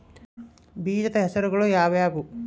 ಬೇಜದ ಹೆಸರುಗಳು ಯಾವ್ಯಾವು?